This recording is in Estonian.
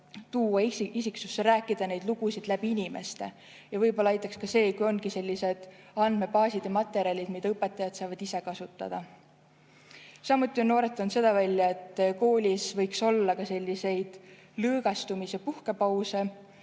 tuua isiksusse, rääkida neid lugusid inimeste kaudu. Ja võib-olla aitaks ka see, kui on sellised andmebaasid ja materjalid, mida õpetajad saavad ise kasutada. Samuti on noored toonud välja seda, et koolis võiks olla lõõgastumis‑ ja puhkepausid